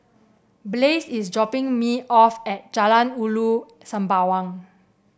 Blaze is dropping me off at Jalan Ulu Sembawang